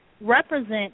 represent